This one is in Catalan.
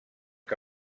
que